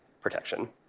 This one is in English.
protection